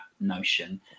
notion